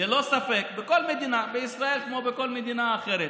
ללא ספק, בכל מדינה, בישראל כמו בכל מדינה אחרת,